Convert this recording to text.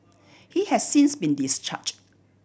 he has since been discharged